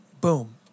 boom